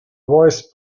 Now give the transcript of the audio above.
voice